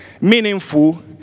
meaningful